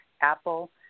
Apple